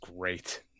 great